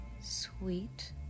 Sweet